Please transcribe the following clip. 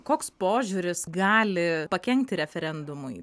koks požiūris gali pakenkti referendumui